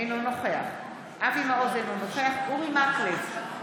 אינו נוכח אבי מעוז, אינו נוכח אורי מקלב,